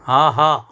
ஆஹா